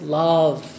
love